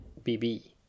BB